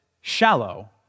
shallow